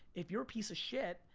if you're a piece of shit,